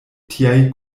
tiaj